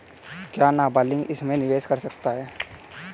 क्या नाबालिग इसमें निवेश कर सकता है?